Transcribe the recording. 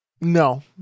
no